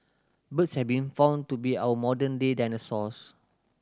birds have been found to be our modern day dinosaurs